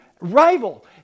rival